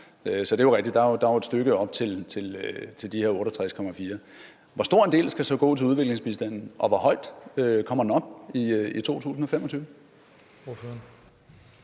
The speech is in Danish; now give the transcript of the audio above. Så det er rigtigt, der er jo et stykke op til de her 68,4 milliarder. Hvor stor en del skal så gå til udviklingsbistanden, og hvor højt kommer den op i 2025?